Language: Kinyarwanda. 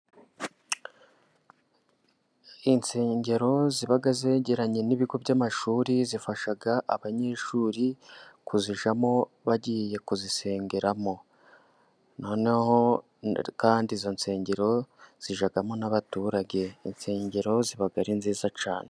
Insengero zibaga zegeranye n'ibigo by'amashuri, zifasha abanyeshuri kuzijyamo bagiye kuzisengeramo, noneho kandi izo nsengero zijyamo n'abaturage, insengero ziba ari nziza cyane.